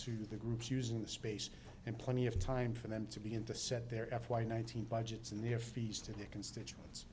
to the groups using the space and plenty of time for them to be in to set their f y nine hundred budgets and their fees to their constituents